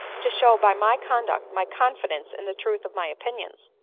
to show by my conduct my confidence in the truth of my opinions.